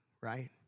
right